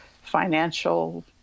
financial